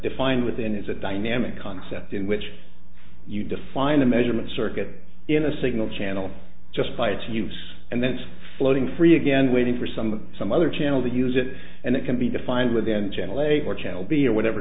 defined within it's a dynamic concept in which you define a measurement circuit in a signal channel just by its use and then it's floating free again waiting for some some other channel to use it and it can be defined within channel eight or channel be or whatever